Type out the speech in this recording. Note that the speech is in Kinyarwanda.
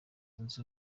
zunze